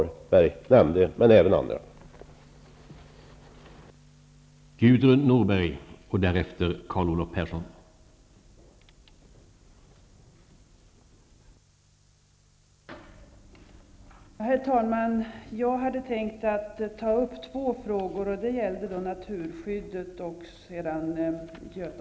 Hans Dau, Rolf Dahlberg och även andra har tagit upp.